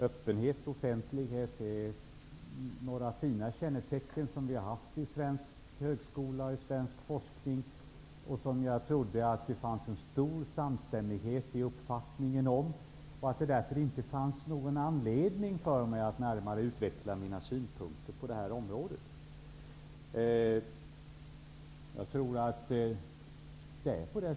Öppenhet och offentlighet är fina kännetecken för svensk högskola och svensk forskning som jag trodde att det fanns en stor samstämmighet i uppfattningen om och att det därför inte fanns anledning för mig att närmare utveckla mina synpunkter på det området.